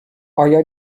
آیا